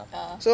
ah